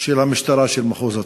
של המשטרה, של מחוז הצפון,